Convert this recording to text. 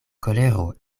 kolero